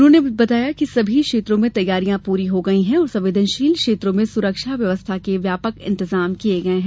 उन्होंने बताया कि सभी क्षेत्रों में तैयारियां पूरी हो गई हैं और संवेदनशील क्षेत्रों में सुरक्षा व्यवस्था के भी व्यापक इंतजाम किये गये हैं